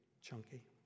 chunky